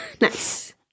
Nice